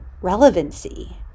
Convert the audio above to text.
relevancy